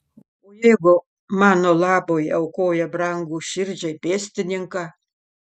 o jeigu mano labui aukoja brangų širdžiai pėstininką